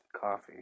coffee